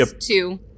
two